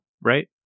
right